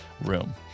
room